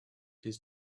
his